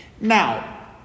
Now